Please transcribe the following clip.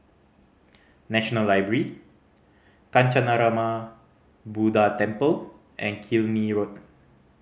National Library Kancanarama Buddha Temple and Killiney Road